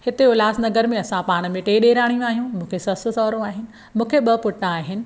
हिते उल्हासनगर में असां पाण में टे ॾेराणियूं आहियूं मूंखे ससु सहुरो आहिनि मूंखे ॿ पुट आहिनि